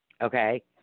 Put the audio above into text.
Okay